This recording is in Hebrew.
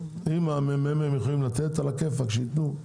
אם ה-מ.מ.מ יכולים לתת עלא כיפאק, שייתנו.